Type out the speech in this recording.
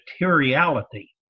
materiality